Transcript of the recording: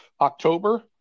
October